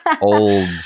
old